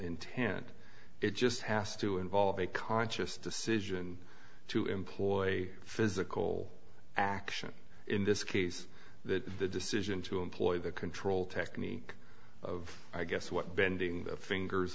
intent it just has to involve a conscious decision to employ physical action in this case that the decision to employ the control technique of i guess what bending the fingers